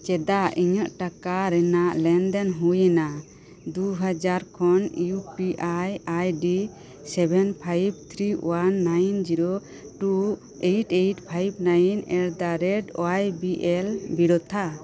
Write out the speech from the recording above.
ᱪᱮᱫᱟᱜ ᱤᱧᱟᱹᱜ ᱴᱟᱠᱟ ᱨᱮᱱᱟᱜ ᱞᱮᱱᱫᱮᱱ ᱦᱩᱭᱮᱱᱟ ᱫᱩ ᱦᱟᱡᱟᱨ ᱠᱷᱚᱱ U P I ID seven five three one nine zero two eight eight five nine at the rate Y B L ᱵᱤᱨᱚᱛᱷᱟ